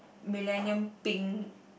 millennium pink